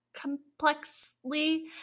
complexly